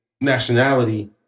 nationality